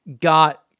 got